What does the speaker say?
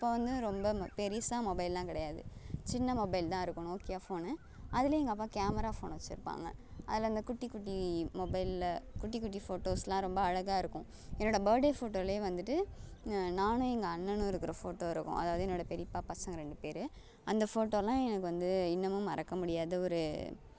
அப்போ வந்து ரொம்ப பெரிசாக மொபைல்லாம் கிடையாது சின்ன மொபைல் தான் இருக்கும் நோக்கியா ஃபோனு அதில் எங்கள் அப்பா கேமரா ஃபோன் வச்சிருப்பாங்க அதில் அந்தக் குட்டிக் குட்டி மொபைலில் குட்டிக் குட்டி போட்டோஸ்லாம் ரொம்ப அழகா இருக்கும் என்னோடய பர்த்டே போட்டோலேயே வந்துட்டு நானும் எங்கள் அண்ணனும் இருக்கிற போட்டோ இருக்கும் அதாவது என்னோடய பெரியப்பா பசங்கள் ரெண்டு பேர் அந்த போட்டோலாம் எனக்கு வந்து இன்னமும் மறக்க முடியாத ஒரு